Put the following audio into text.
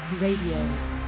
Radio